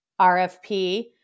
RFP